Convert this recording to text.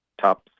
top